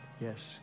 Yes